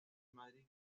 madrid